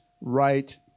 right